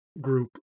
group